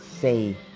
say